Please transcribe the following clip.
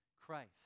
Christ